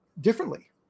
differently